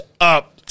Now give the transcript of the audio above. up